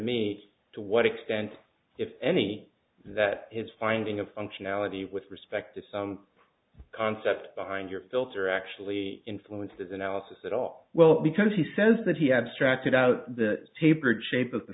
me to what extent if any that his finding of functionality with respect to some concept behind your filter actually influenced his analysis at all well because he says that he had stretched it out the tapered shape of the